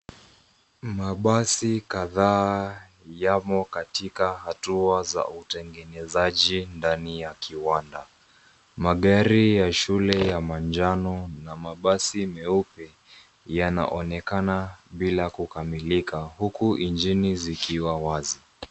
Mabasi kadhaa yamo katika hatua za utengenezaji ndani ya kiwanda. Magari ya shule ya manjano na mabasi meupe yanaonekana bila kukamilika huku injini zikiwa wazi.